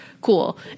Cool